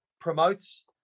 promotes